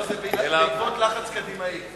זה בעקבות לחץ קדימאי.